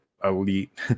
elite